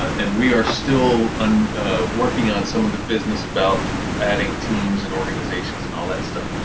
and we are still um working on some of the business about adding teams, and organizations, and all that stuff.